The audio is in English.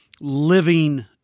living